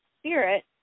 spirit